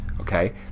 okay